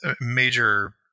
major